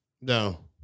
No